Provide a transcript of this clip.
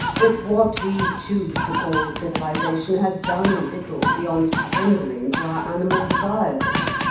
that what we choose to call civilisation has done little beyond pandering to our animal desires.